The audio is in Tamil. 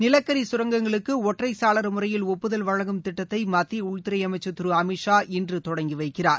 நிலக்கரி சுரங்கங்களுக்கு ஒற்றை சாளர முறையில் ஒப்புதல் வழங்கும் திட்டத்தை மத்திய உள்துறை அமைச்சர் திரு அமித் ஷா இன்று தொடங்கி வைக்கிறார்